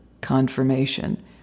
confirmation